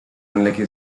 unlucky